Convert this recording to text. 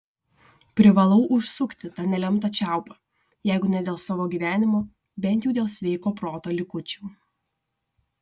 privalau užsukti tą nelemtą čiaupą jeigu ne dėl savo gyvenimo bent jau dėl sveiko proto likučių